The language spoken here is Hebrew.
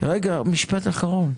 רגע, משפט אחרון.